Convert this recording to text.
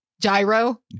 Gyro